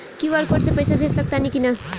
QR code से पईसा भेज सक तानी का?